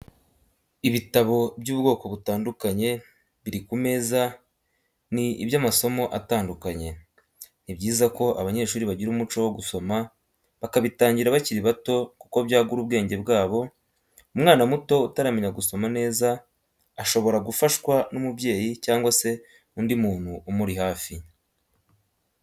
Ibitabo by'ubwoko butandukanye biri ku meza ni iby'amasomo atandukanye, ni byiza ko abanyeshuri bagira umuco wo gusoma bakabitangira bakiri bato kuko byagura ubwenge bwabo, umwana muto utaramenya gusoma neza shobora gufashwa n'umubyeyi cyangwa se undi muntu umuri hafi.